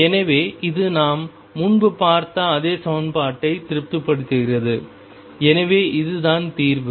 எனவே இது நாம் முன்பு பார்த்த அதே சமன்பாட்டை திருப்திப்படுத்துகிறது எனவே இதுதான் தீர்வு